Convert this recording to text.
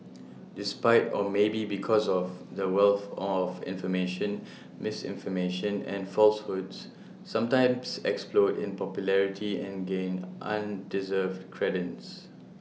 despite or maybe because of the wealth of information misinformation and falsehoods sometimes explode in popularity and gain undeserved credence